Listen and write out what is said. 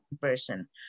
person